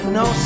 no